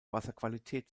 wasserqualität